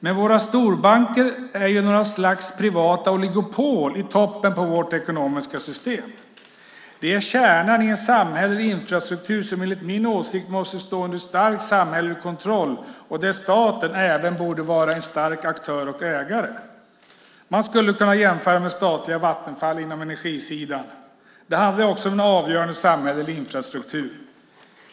Men våra storbanker är ju något slags privata oligopol i toppen av vårt ekonomiska system. De är kärnan i en samhällelig infrastruktur som enligt min åsikt måste stå under stark samhällelig kontroll och där staten även borde vara en stark aktör och ägare. Man skulle kunna jämföra med statliga Vattenfall på energisidan. Det handlar också om en avgörande samhällelig infrastruktur.